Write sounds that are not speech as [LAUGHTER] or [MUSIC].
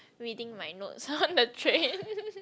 reading my notes on the train [LAUGHS]